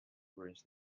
ruins